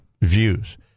views